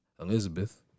Elizabeth